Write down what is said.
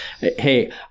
Hey